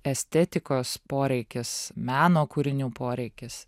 estetikos poreikis meno kūrinių poreikis